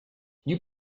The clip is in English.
you